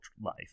life